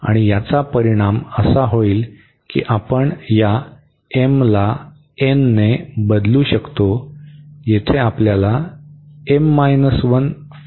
आणि याचा परिणाम असा होईल की आपण या m ला n ने बदलू शकतो